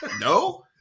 no